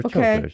Okay